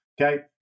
okay